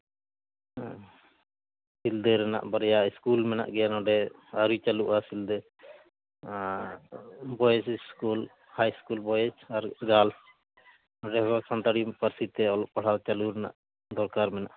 ᱦᱮᱸ ᱥᱤᱞᱫᱟᱹ ᱨᱮᱱᱟᱜ ᱵᱟᱨᱭᱟ ᱤᱥᱠᱩᱞ ᱢᱮᱱᱟᱜ ᱜᱮᱭᱟ ᱱᱚᱸᱰᱮ ᱟᱹᱣᱨᱤ ᱪᱟᱹᱞᱩᱜᱼᱟ ᱥᱤᱞᱫᱟᱹ ᱟᱨ boys school high school boys ᱟᱨ ᱜᱟᱞᱥ ᱚᱸᱰᱮ ᱦᱚᱸ ᱥᱟᱱᱛᱟᱲᱤ ᱯᱟᱹᱨᱥᱤ ᱛᱮ ᱚᱞᱚᱜ ᱯᱟᱲᱦᱟᱣ ᱪᱟᱹᱞᱩ ᱨᱮᱱᱟᱜ ᱫᱚᱨᱠᱟᱨ ᱢᱮᱱᱟᱜᱼᱟ